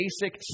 basic